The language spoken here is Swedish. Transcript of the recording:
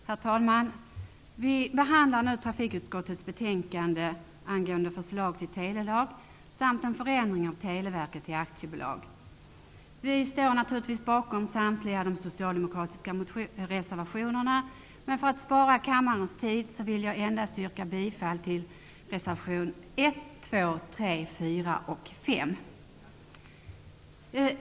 Herr talman! Vi behandlar nu trafikutskottets betänkande angående förslag till telelag samt en omvandling av Televerket till aktiebolag. Vi står naturligtvis bakom samtliga socialdemokratiska reservationer. Men för att spara kammarens tid vill jag endast yrka bifall till reservation 1, 2, 3, 4 och 5.